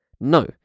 No